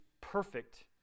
perfect